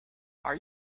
are